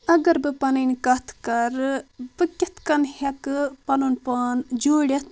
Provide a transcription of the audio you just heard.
اگر بہٕ پنٕنۍ کَتھ کرٕ بہٕ کِتھ کٔنۍ ہیٚکہٕ پنُن پان جوٗرِتھ